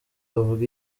bavuga